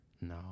No